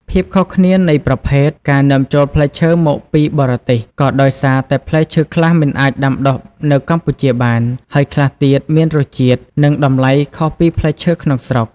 ភាពខុសគ្នានៃប្រភេទ ការនាំចូលផ្លែឈើមកពីបរទេសក៏ដោយសារតែផ្លែឈើខ្លះមិនអាចដាំដុះនៅកម្ពុជាបាន ហើយខ្លះទៀតមានរស់ជាតិ និងតម្លៃខុសពីផ្លែឈើក្នុងស្រុក។